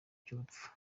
cy’urupfu